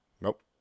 nope